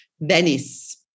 Venice